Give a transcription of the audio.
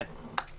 כן.